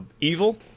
evil